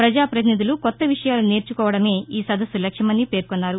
పజాపతినిధులు కొత్త విషయాలు నేర్చుకోవడమే ఈ సదస్సు లక్ష్యమని పేర్కొన్నారు